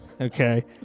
Okay